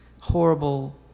horrible